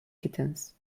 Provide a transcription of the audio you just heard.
kittens